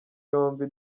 yombi